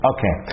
Okay